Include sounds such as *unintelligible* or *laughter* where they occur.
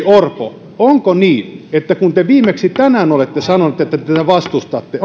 *unintelligible* orpo onko niin kun te viimeksi tänään olette sanonut että te tätä vastustatte *unintelligible*